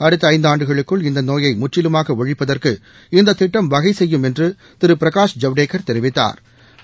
அடுத்தஐந்துஆண்டுகளுக்குள் இந்தநோயைமுற்றிலுமாகஒழிப்பதற்கு இந்ததிட்டம் வகைசெய்யும் என்றுதிருபிரகாஷ் ஜவடேக்கா தெரிவித்தாா்